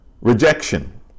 rejection